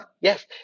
Yes